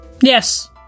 Yes